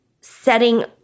setting